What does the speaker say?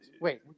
Wait